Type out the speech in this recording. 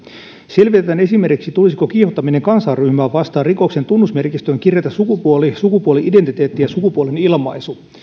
selvitetään esimerkiksi tulisiko kiihottaminen kansanryhmää vastaan rikoksen tunnusmerkistöön kirjata sukupuoli sukupuoli identiteetti ja sukupuolen ilmaisu